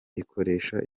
ikoresha